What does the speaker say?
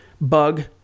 Bug